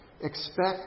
Expect